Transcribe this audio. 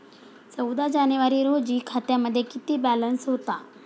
चौदा जानेवारी रोजी खात्यामध्ये किती बॅलन्स होता?